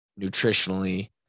nutritionally